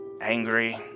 Angry